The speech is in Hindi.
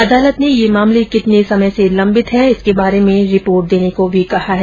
अदालत ने ये मामले कितने समय से लंबित हैं इसके बारे में रिपोर्ट देने को कहा है